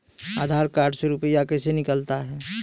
आधार कार्ड से रुपये कैसे निकलता हैं?